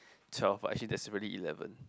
twelve but actually there's eleven